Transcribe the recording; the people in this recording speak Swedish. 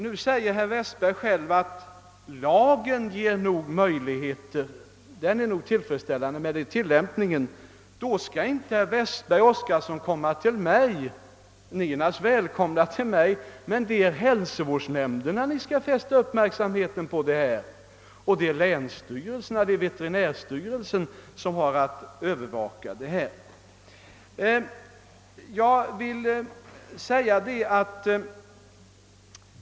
Herr Westberg säger själv att lagen nog ger tillfredsställande möjligheter men att det brister i tilllämpningen. Herrar Westberg och Oskarson är naturligtvis välkomna till mig, men det är hälsovårdsnämndernas uppmärksamhet som ni iskall fästa på saken, och det är länsstyrelsen och veterinärstyrelsen som har att övervaka det hela.